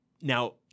Now